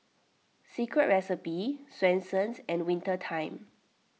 Secret Recipe Swensens and Winter Time